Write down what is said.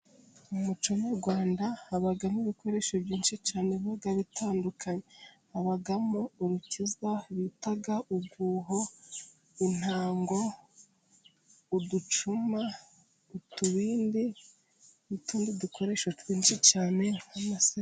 Mu muco nyarwanda habamo ibikoresho byinshi cyane bigiye bitandukanye, habamo urukiza bita uruho, intango, uducuma, utubindi, n'utundi dukoresho twinshi cyane nk'amase...